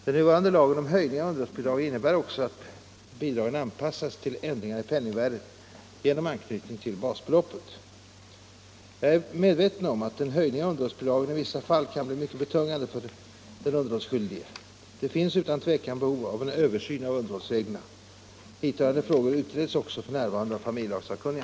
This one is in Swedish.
Den nuvarande lagen om höjning av underhållsbidrag innebär också att bidragen anpassas till ändringar i penningvärdet genom anknytning till basbeloppet. Jag är medveten om att en höjning av underhållsbidragen i vissa fall kan bli mycket betungande för den underhållsskyldige. Det finns utan tvivel behov av en översyn av underhållsreglerna. Hithörande frågor utreds också f.n. av familjelagssakkunniga.